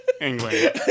England